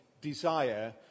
desire